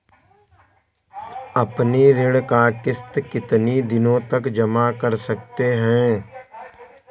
अपनी ऋण का किश्त कितनी दिनों तक जमा कर सकते हैं?